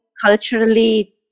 culturally